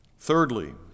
Thirdly